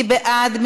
מי בעד?